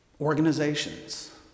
organizations